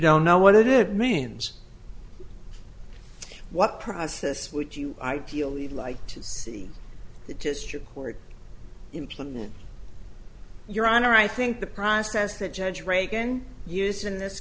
don't know what it means what process would you ideally like to see the district court implement your honor i think the process that judge reagan used in this